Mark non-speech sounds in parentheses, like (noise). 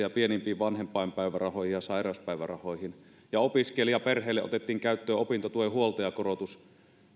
(unintelligible) ja pienimpiin vanhempainpäivärahoihin ja sairauspäivärahoihin ja opiskelijaperheelle otettiin käyttöön opintotuen huoltajakorotus